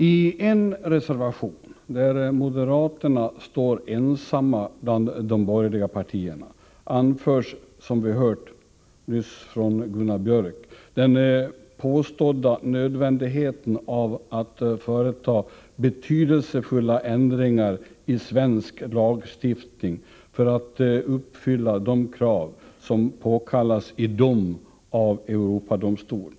I en reservation — där moderaterna står ensamma bland de borgerliga partierna — framhålls, som vi nyss hört av Gunnar Biörck i Värmdö, den påstådda nödvändigheten av att företa betydelsefulla ändringar i svensk lagstiftning för att uppfylla de krav som påkallas i dom av Europadomstolen.